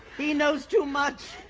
he knows too much.